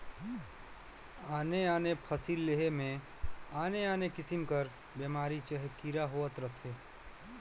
आने आने फसिल लेहे में आने आने किसिम कर बेमारी चहे कीरा होवत रहथें